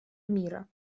мира